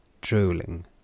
Drooling